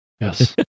Yes